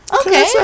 Okay